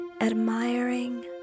admiring